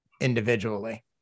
individually